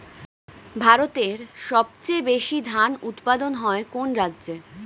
ভারতের সবচেয়ে বেশী ধান উৎপাদন হয় কোন রাজ্যে?